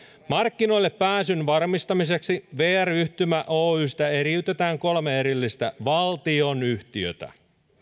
markkinoille pääsyn varmistamiseksi vr yhtymä oystä eriytetään kolme erillistä valtionyhtiötä